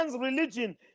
religion